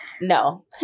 No